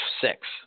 six